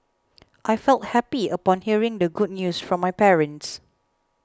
I felt happy upon hearing the good news from my parents